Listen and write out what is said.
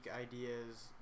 ideas